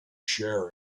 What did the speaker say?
sharing